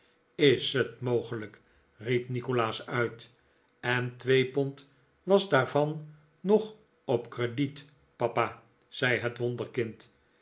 is het mogelijk riep nikolaas uit en twee pond was daarvan nog op crediet papa zei het wonderkind